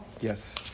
Yes